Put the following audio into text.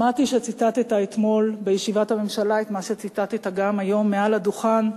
שמעתי שציטטת אתמול בישיבת הממשלה את מה שציטטת גם היום מעל הדוכן,